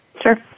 Sure